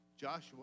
Joshua